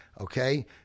Okay